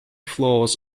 floors